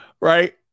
Right